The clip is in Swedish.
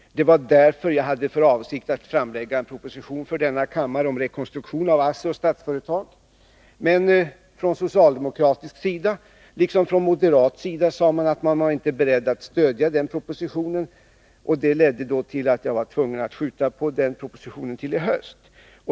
Det var därför jag hade för avsikt att framlägga en proposition för denna kammare om rekonstruktion av ASSI och Statsföretag. Men från socialdemokratisk sida liksom från moderat sida sade man att man inte var beredd att stödja den propositionen, och det ledde till att jag blev tvungen att skjuta på den till i höst.